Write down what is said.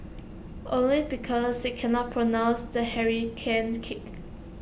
only because they can not pronounce the hurricane kick